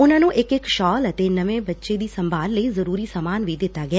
ਉਨੂਂ ਨੂੰ ਇਕ ਇਕ ਸ਼ਾਲ ਅਤੇ ਨਵ ਜੰਮੇ ਬੱਚੇ ਦੀ ਸੰਭਾਲ ਲਈ ਜ਼ਰੁਰੀ ਸਮਾਨ ਵੀ ਦਿੱਤਾ ਗਿਆ